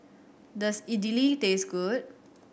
does Idili taste good